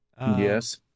yes